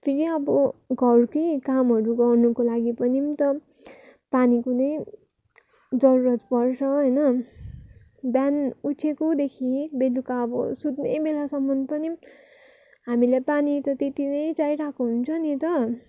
फेरि अब घरकै कामहरू गर्नुको लागि पनि त पानीको नै जरुरत पर्छ होइन बिहान उठेकोदेखि बेलुका अब सुत्ने बेलासम्म पनि हामीलाई पानी त त्यति नै चाहिरहेको हुन्छ नि त